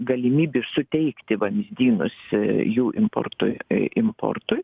galimybių suteikti vamzdynus jų importui importui